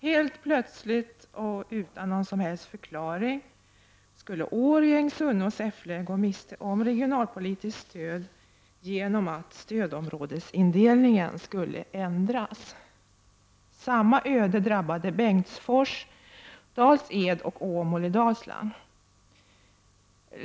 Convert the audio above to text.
Helt plötsligt och utan någon som helst förklaring skulle Årjäng, Sunne och Säffle gå miste om regionalpolitiskt stöd genom att stödområdesindelningen skulle ändras. Samma öde drabbade Bengtsfors, Dals-Ed och Åmål i Dalsland.